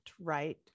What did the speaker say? right